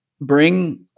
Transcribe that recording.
bring